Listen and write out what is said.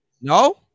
No